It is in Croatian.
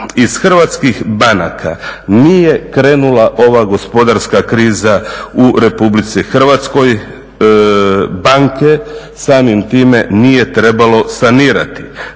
iz hrvatskih banaka nije krenula ova gospodarska kriza u Republici Hrvatskoj. Banke samim time nije trebalo sanirati.